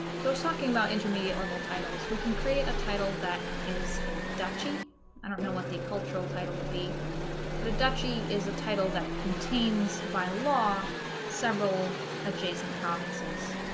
so talking about intermediate level titles we can create a title that is a duchy i don't know what the cultural title would be but a duchy is a title that contains by law several adjacent provinces